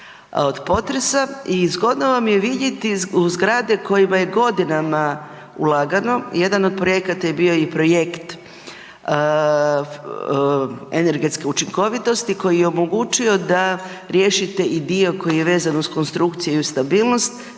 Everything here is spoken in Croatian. od potresa i zgodno vam je vidjeti zgrade kojima je godinama ulagano, jedan od projekata je bio i projekt energetske učinkovitosti koji je omogućio da riješite i dio koji je vezan uz konstrukcije i stabilnost,